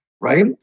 right